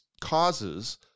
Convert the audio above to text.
causes